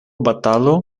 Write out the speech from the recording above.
batalu